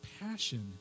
passion